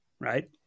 right